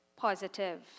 positive